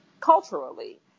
culturally